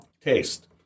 taste